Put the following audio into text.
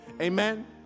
amen